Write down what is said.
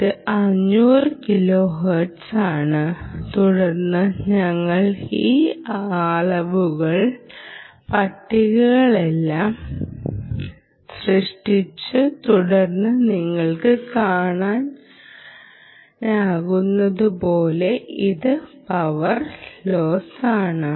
ഇത് 500 കിലോഹെർട്സ് ആണ് തുടർന്ന് ഞങ്ങൾ ഈ അളവുകളുടെ പട്ടികകളെല്ലാം സൃഷ്ടിച്ചു തുടർന്ന് നിങ്ങൾക്ക് കാണാനാകുന്നതുപോലെ ഇത് പവർ ലോസാണ്